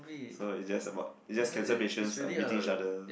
so it just about it just cancer patients uh meeting each other